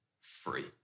free